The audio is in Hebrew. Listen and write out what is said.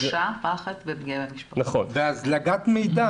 והזלגת מידע.